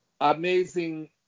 amazing